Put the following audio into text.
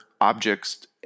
objects